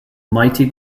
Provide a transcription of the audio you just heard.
mighty